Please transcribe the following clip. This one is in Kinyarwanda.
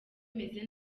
bimeze